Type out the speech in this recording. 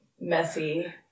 messy